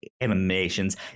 animations